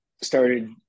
started